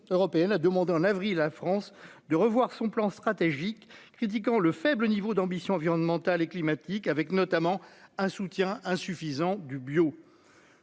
a demandé en avril à France de revoir son plan stratégique, critiquant le faible niveau d'ambition environnementale et climatique, avec notamment un soutien insuffisant du bio.